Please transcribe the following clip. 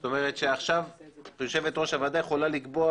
כלומר עכשיו יושבת-ראש הוועדה יכולה לקבוע